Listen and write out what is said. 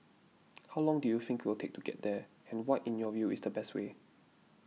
how long do you think we'll take to get there and what in your view is the best way